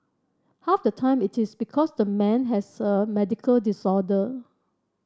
half the time it is because the man has a medical disorder